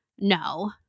no